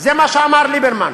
זה מה שאמר ליברמן.